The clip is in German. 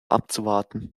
abzuwarten